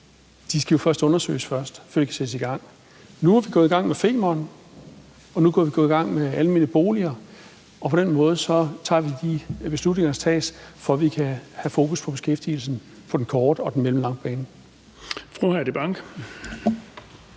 skal undersøges, før de kan sættes i gang. Nu er vi gået i gang med Femernforbindelsen, og vi er gået i gang med de almene boliger, og på den måde tager vi de beslutninger, der skal tages, for at vi kan have fokus på beskæftigelsen på den korte og den mellemlange bane.